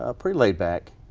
ah pretty laid back.